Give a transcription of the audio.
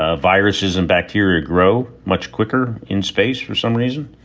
ah viruses and bacteria grow much quicker in space for some reason.